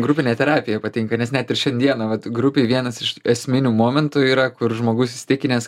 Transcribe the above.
grupinė terapija patinka nes net ir šiandieną vat grupėj vienas iš esminių momentų yra kur žmogus įsitikinęs